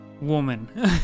woman